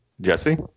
Jesse